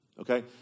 Okay